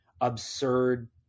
absurd